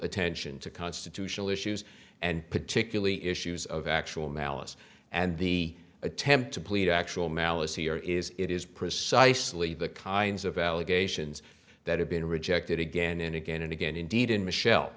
attention to constitutional issues and particularly issues of actual malice and the attempt to plead actual malice here is it is precisely the kinds of allegations that have been rejected again and again and again indeed in michel